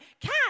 cat